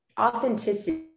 authenticity